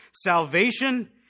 Salvation